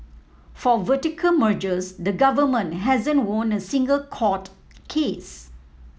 for vertical mergers the government hasn't won a single court case